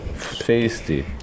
tasty